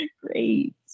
Great